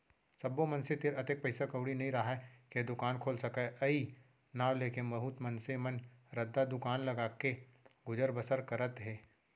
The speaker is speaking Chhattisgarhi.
सब्बो मनसे तीर अतेक पइसा कउड़ी नइ राहय के दुकान खोल सकय अई नांव लेके बहुत मनसे मन रद्दा दुकान लगाके गुजर बसर करत हें